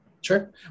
Sure